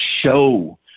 show